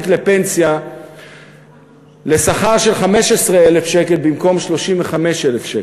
לפנסיה לשכר של 15,000 שקל במקום 35,000 שקל.